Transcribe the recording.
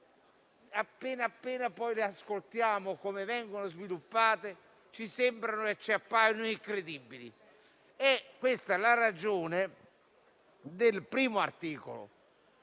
appena poi ascoltiamo come vengono sviluppate, ci sembrano incredibili. È questa la ragione del primo articolo